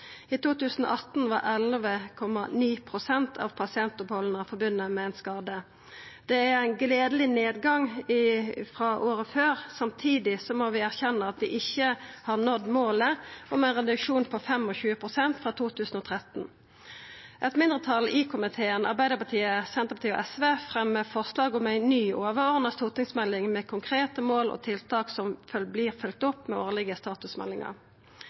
I 2018 var talet 11,9 pst. Det er ein gledeleg nedgang frå året før. Samtidig må vi erkjenna at vi ikkje har nådd målet om ein reduksjon på 25 pst. frå 2012. Eit mindretal i komiteen, Arbeidarpartiet, Senterpartiet og SV, fremjar forslag om ei ny overordna stortingsmelding med konkrete mål og tiltak som vert følgde opp med årlege statusmeldingar.